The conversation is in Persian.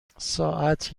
ساعت